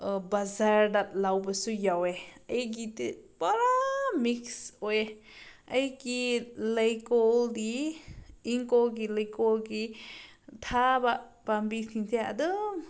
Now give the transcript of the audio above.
ꯕꯖꯥꯔꯗ ꯂꯧꯕꯁꯨ ꯌꯥꯎꯋꯦ ꯑꯩꯒꯤꯗꯤ ꯄꯨꯔꯥ ꯃꯤꯛꯁ ꯑꯣꯏꯌꯦ ꯑꯩꯒꯤ ꯂꯩꯀꯣꯜꯗꯤ ꯏꯪꯈꯣꯜꯒꯤ ꯂꯩꯀꯣꯜꯒꯤ ꯊꯥꯕ ꯄꯥꯝꯕꯤꯁꯤꯡꯁꯦ ꯑꯗꯨꯝ